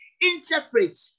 interpret